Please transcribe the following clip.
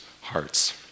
hearts